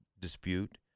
dispute